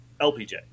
LPJ